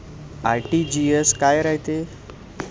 RTGS काय रायते?